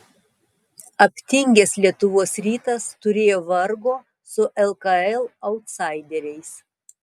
aptingęs lietuvos rytas turėjo vargo su lkl autsaideriais